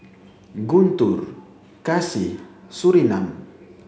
Guntur Kasih and Surinam